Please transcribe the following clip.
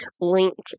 linked